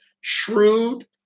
shrewd